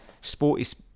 Sporty